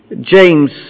James